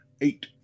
Eight